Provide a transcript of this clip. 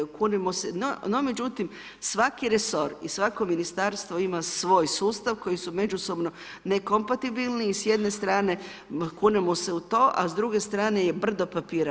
No međutim, svaki resor i svako ministarstvo ima svoj sustav koji su međusobno nekompatibilni i s jedne strane kunemo se u to, a s druge strane je brzo papira.